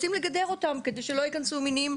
רוצים לגדר אותם כדי שלא יכנסו מינים,